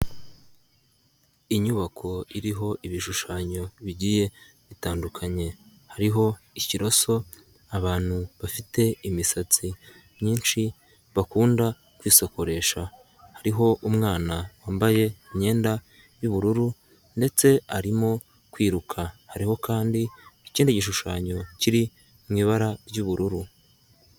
Inyubako iriho ibishushanyo bigiye bitandukanye, hariho ikiroso, abantu bafite imisatsi myinshi bakunda kwisokosha, hariho umwana wambaye imyenda y'ubururu ndetse arimo kwiruka, hariho kandi ikindi gishushanyo kiri mu ibara ry'ubururu.